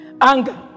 anger